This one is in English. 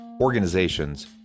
organizations